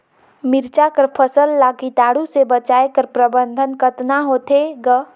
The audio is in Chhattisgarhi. मिरचा कर फसल ला कीटाणु से बचाय कर प्रबंधन कतना होथे ग?